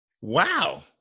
Wow